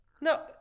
no